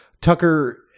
Tucker